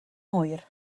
hwyr